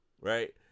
Right